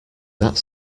that